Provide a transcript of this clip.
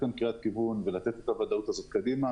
קריאת כיוון ואת הוודאות הזאת קדימה,